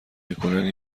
میکنه